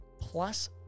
plus